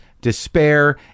despair